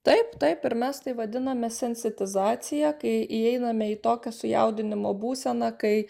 taip taip ir mes tai vadiname sensitizacija kai įeiname į tokią sujaudinimo būseną kai